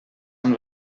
amb